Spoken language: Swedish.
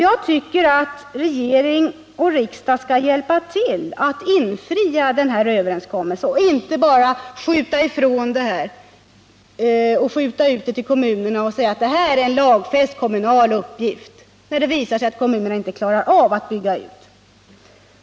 Jag tycker att regering och riksdag skall hjälpa till att infria den här överenskommelsen och inte bara skjuta ifrån sig problemet till kommunerna och säga: Det här är en lagfäst kommunal uppgift. Det visar sig ju att kommunerna inte klarar av att bygga ut.